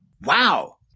Wow